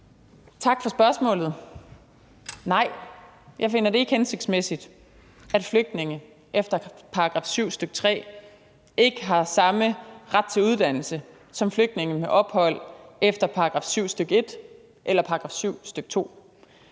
Tak for spørgsmålet. Nej, jeg finder det ikke hensigtsmæssigt, at flygtninge efter § 7, stk. 3, ikke har samme ret til uddannelse som flygtninge med ophold efter § 7, stk. 1, eller § 7, stk. 2.